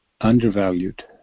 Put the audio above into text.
undervalued